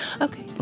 Okay